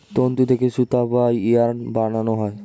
তন্তু থেকে সুতা বা ইয়ার্ন বানানো হয়